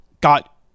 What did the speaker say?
got